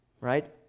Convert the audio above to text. right